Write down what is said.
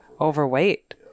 overweight